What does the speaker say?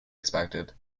expected